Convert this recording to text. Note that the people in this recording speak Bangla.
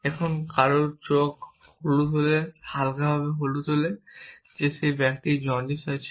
এবং কারো চোখ হলুদ হলে হালকাভাবে যে ব্যক্তির জন্ডিস আছে